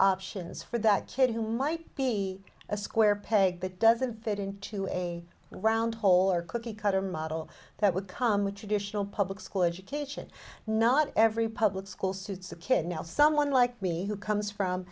options for that kid who might be a square peg that doesn't fit into a round hole or cookie cutter model that would come with traditional public school education not every public school suits a kid now someone like me who comes from